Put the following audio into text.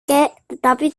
tetapi